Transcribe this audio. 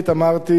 אמרתי,